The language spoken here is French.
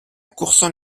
courson